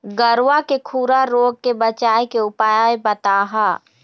गरवा के खुरा रोग के बचाए के उपाय बताहा?